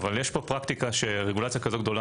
אבל יש פה פרקטיקה שרגולציה כזו גדולה